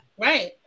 Right